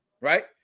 right